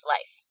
Life